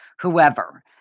whoever